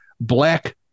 black